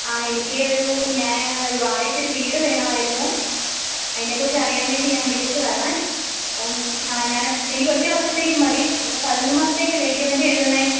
ആ എനിക്ക് ഒരു ഞാൻ വാടകക്കൊരു വീട് വേണമായിരുന്നു അതിനെക്കുറിച്ച് അറിയാൻ വേണ്ടി ഞാൻ വിളിച്ചതാണേ അപ്പം ആ ഞാൻ എനിക്ക് ഒറ്റ വർഷത്തേക്കു മതി ഇപ്പം പതിനൊന്ന് മാസത്തേക്കല്ലേ എഗ്രിമെൻറ്റ് എഴുതുന്നത്